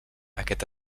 aquest